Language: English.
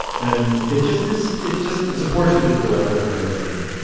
and it just is it just it's a portrait of intellectual heroism.